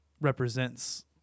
represents